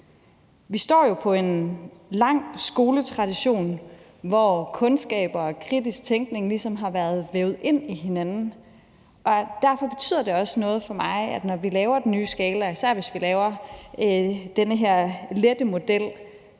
på skuldrene af en lang skoletradition, hvor kundskaber og kritisk tænkning ligesom har været vævet ind i hinanden, og derfor betyder det også noget for mig, og det ville være rigtig fint, at når vi laver den nye skala, især hvis vi laver den her lette model,